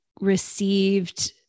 received